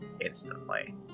Instantly